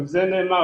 גם זה נאמר.